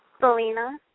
Selena